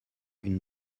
une